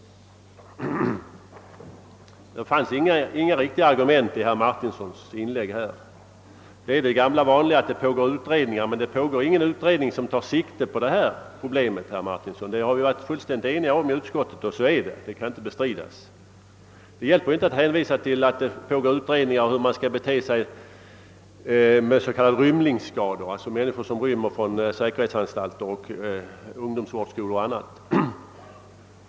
Det fanns inga riktiga argument i herr Martinssons inlägg. Han säger det gamla vanliga att utredningar pågår, men det pågår ju inte någon utredning om just detta problem, herr Martinsson — det har vi varit fullt eniga om i utskottet. Det hjälper inte med att hänvisa till att det pågår utredningar om s.k. rymlingsskador, d.v.s. skador som vållats av rymlingar från säkerhetsanstalter och ungdomsvårdsskolor m.m.